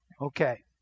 Okay